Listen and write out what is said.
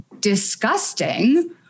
disgusting